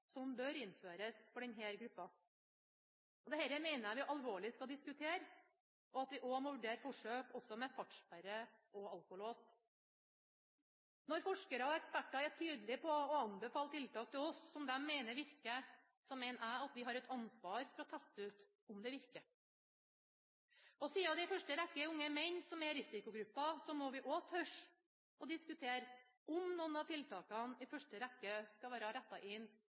som bør innføres for denne gruppen. Dette mener jeg vi alvorlig skal diskutere, og vi må vurdere forsøk med fartssperre og alkolås. Når forskere og eksperter tydelig anbefaler tiltak som de mener virker, mener jeg at vi har et ansvar for å teste det ut. Siden det i første rekke er unge menn som er i risikogruppen, må vi også tørre å diskutere om noen av tiltakene i første rekke skal være rettet inn